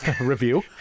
review